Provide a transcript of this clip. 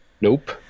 Nope